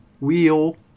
Wheel